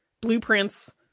blueprints